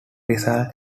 result